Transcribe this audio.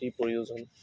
অতি প্ৰয়োজন